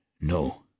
No